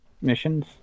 missions